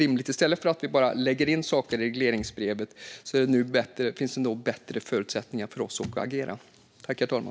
I stället för att vi bara lägger in saker i regleringsbrevet finns det nu bättre förutsättningar för oss att agera.